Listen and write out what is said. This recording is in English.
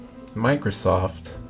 Microsoft